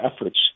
efforts